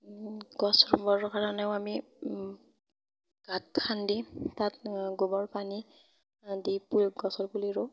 গছ ৰুবৰ কাৰণেও আমি গাঁত খান্দি তাত গোবৰ পানী আদি প্ৰয়োগ গছৰ পুলি ৰুওঁ